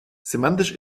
semantisch